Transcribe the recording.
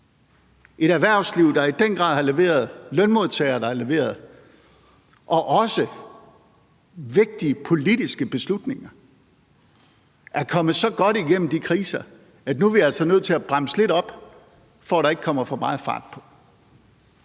et erhvervsliv, der i den grad har leveret, lønmodtagere, der har leveret, og også vigtige politiske beslutninger er kommet så godt igennem de kriser, at vi altså nu er nødt til at bremse lidt op, for at der ikke kommer for meget fart på.